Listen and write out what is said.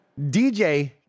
DJ